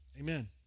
Amen